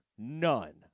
None